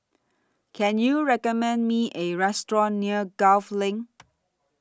Can YOU recommend Me A Restaurant near Gul LINK